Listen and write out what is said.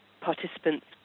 participants